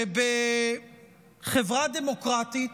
שבחברה דמוקרטית,